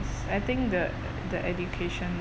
I think the the education